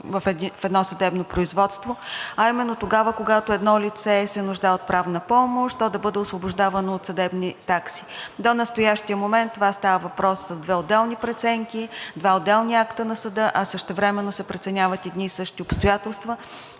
в едно съдебно производство, а именно тогава, когато едно лице се нуждае от правна помощ, то да бъде освобождавано от съдебни такси. До настоящия момент това става с две отделни преценки, два отделни акта на съда, а същевременно се преценяват едни и същи обстоятелства.